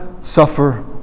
suffer